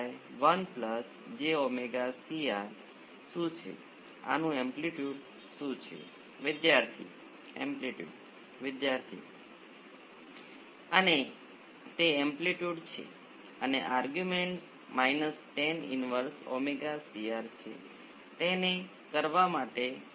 અને તેવી જ રીતે જો હું આ રીતે પાછળ જોઈને આ વોલ્ટેજ સ્ત્રોત V s ને 0 કહું તો જો હું C 1 અને C 2 કહીશ તો મારી પાસે ફક્ત આ બેનું સમાંતર સંયોજન હશે